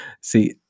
See